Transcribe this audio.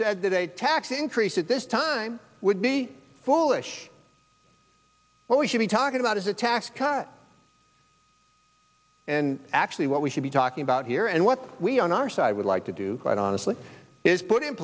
said that a tax increase at this time would be foolish what we should be talking about is a tax cut and actually what we should be talking about here and what we on our side would like to do quite honestly is put in